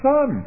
Son